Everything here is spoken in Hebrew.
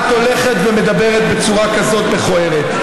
את הולכת ומדברת בצורה כזאת מכוערת.